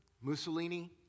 Mussolini